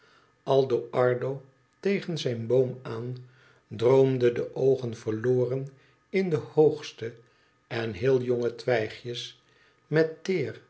aldo ardo tegen zijn boom aan droomde de oogen verloren in de hoogste en heel jonge twijgjes met teer